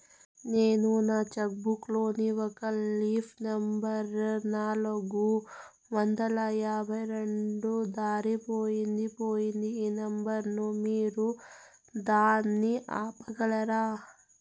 నేను నా cheque book లోని ఒక లీఫ్ నెంబర్ నాలుగు వందల యాభై రెండు దారిపొయింది పోయింది ఈ నెంబర్ ను మీరు దాన్ని ఆపగలరా?